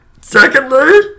Secondly